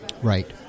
Right